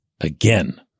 Again